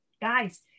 Guys